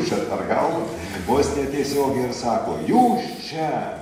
čia per galvą vos netiesiogiai ir sako jūs čia